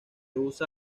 usa